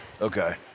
Okay